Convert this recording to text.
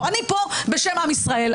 אני פה בשם עם ישראל,